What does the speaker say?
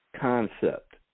concept